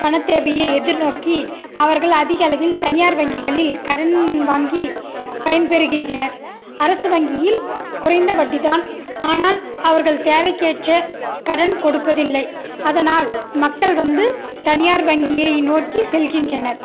பணத்தேவையை எதிர்நோக்கி அவர்கள் அதிக அளவில் தனியார் வங்கிகளில் கடன் வாங்கி பயன் பெறுகின்றனர் அரசு வங்கியில் குறைந்த வட்டிதான் ஆனால் அவர்கள் தேவைக்கேற்ற கடன் கொடுப்பதில்லை அதனால் மக்கள் வந்து தனியார் வங்கியை நோக்கிச் செல்கின்றனர்